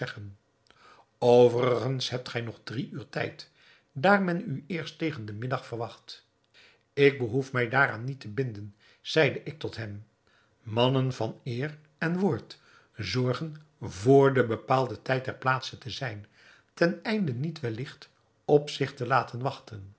overigens hebt gij nog drie uur tijd daar men u eerst tegen den middag verwacht ik behoef mij daaraan niet te binden zeide ik tot hem mannen van eer en woord zorgen vr den bepaalden tijd ter plaatse te zijn ten einde niet welligt op zich te laten wachten